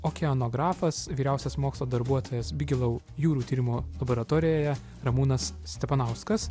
okeanografas vyriausias mokslo darbuotojas bigelou jūrų tyrimo laboratorijoje ramūnas stepanauskas